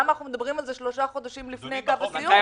למה אנחנו מדברים על זה שלושה חודשים לפני קו הסיום?